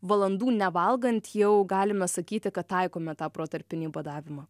valandų nevalgant jau galime sakyti kad taikome tą protarpinį badavimą